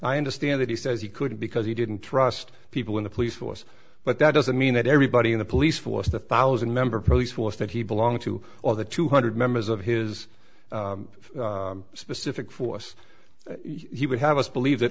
i understand that he says he couldn't because he didn't trust people in the police force but that doesn't mean that everybody in the police force the thousand member police force that he belonged to or the two hundred members of his specific force he would have us believe that